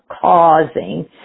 causing